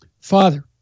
Father